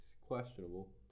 questionable